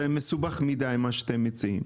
זה מסובך מדי מה שאתם מציעים.